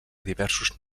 diversos